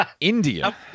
India